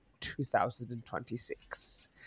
2026